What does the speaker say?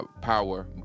Power